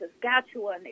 Saskatchewan